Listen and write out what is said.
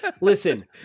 Listen